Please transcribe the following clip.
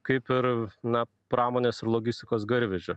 kaip ir na pramonės ir logistikos garvežiu